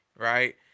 Right